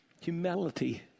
Humility